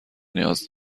نیاز